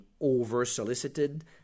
over-solicited